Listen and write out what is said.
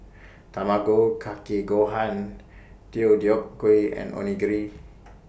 Tamago Kake Gohan Deodeok Gui and Onigiri